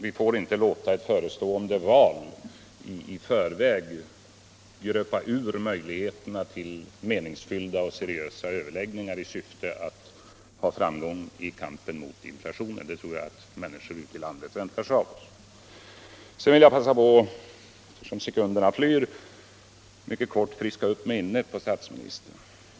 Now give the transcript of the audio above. Vi får inte låta ett förestående val i förväg gröpa ur möjligheterna till meningsfyllda och seriösa överläggningar i syfte att nå framgång i kampen mot inflationen. Det tror jag att människorna ute i landet väntar sig av OSS. Eftersom sekunderna flyr vill jag passa på att mycket kort friska upp minnet på statsministern.